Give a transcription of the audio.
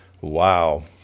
Wow